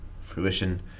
fruition